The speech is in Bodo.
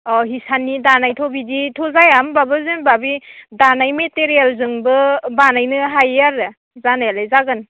अ हिसाननि दानायथ' बिदिथ' जाया होनबाबो जेनेबा बे दानाय मेटेरियेलजोंबो बानायनो हायो आरो जानायालाय जागोन